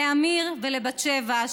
לעמיר ולבת שבע,